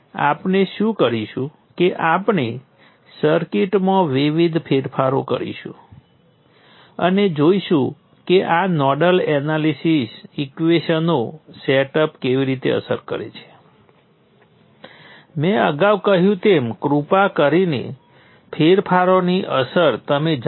હવે આપણે દરેક નોડ તરફ જોયું અને તે નોડ આપણે તે નોડની બહાર વહેતા કરંટને સમાન બતાવતા KCL સમીકરણો લખ્યા